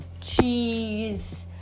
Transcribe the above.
cheese